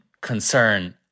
concern